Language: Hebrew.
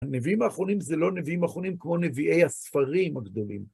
הנביאים האחרונים זה לא נביאים אחרונים כמו נביאי הספרים הגדולים.